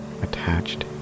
attached